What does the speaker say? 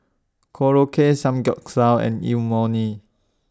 Korokke Samgeyopsal and Imoni